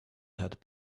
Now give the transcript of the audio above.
had